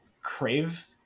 crave